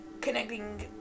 connecting